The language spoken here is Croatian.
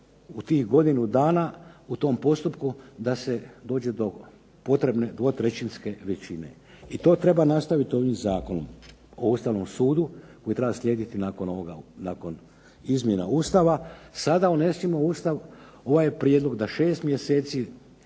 u tih godinu dana u tom postupku da se dođe do potrebne dvotrećinske većine. I to treba nastaviti ovim zakonom o Ustavnom sudu koji treba slijediti nakon izmjena Ustava. Sada unesimo u Ustav ovaj prijedlog da 6 mjeseci